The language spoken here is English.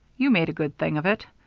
you made a good thing of it.